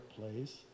place